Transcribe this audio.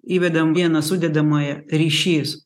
įvedam vieną sudedamąją ryšys